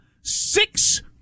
six